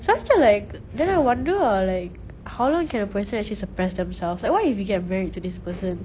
so I'm just like then I wonder ah like how long can a person actually suppress themselves like what if you get married to this person